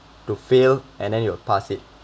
to fail and then you pass it